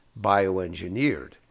bioengineered